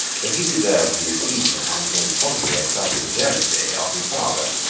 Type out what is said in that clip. that he deserved the esteem, and most probably excited the jealousy, of his father.